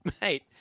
mate